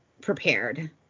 prepared